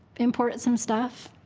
import some stuff,